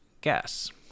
gas